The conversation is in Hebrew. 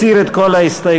מסיר את כל ההסתייגויות.